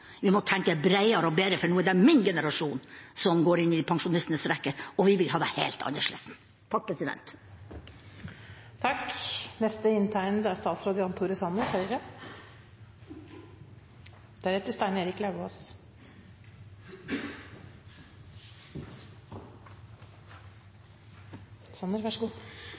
Vi må tenke bredere og bedre, for nå er det min generasjon som går inn i pensjonistenes rekker, og vi vil ha det helt annerledes. Jeg kan slutte meg til én ting av det